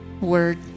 word